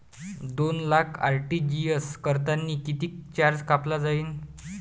दोन लाख आर.टी.जी.एस करतांनी कितीक चार्ज कापला जाईन?